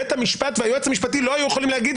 בית המשפט והיועץ המשפטי לא היו יכולים להגיד